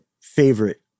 favorite